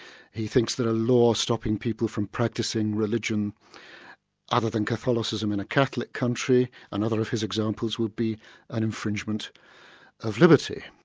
he thinks that a law stopping people from practising religion other than catholicism in a catholic country, another of his examples would be an infringement of liberty.